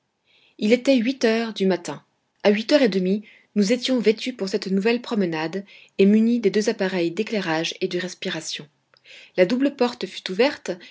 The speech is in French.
il était huit heures du matin a huit heures et demie nous étions vêtus pour cette nouvelle promenade et munis des deux appareils d'éclairage et de respiration la double porte fut ouverte